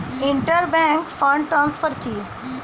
Inter bank fund transfer কি?